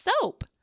soap